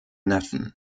neffen